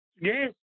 yes